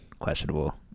Questionable